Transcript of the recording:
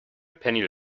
penny